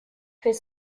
fait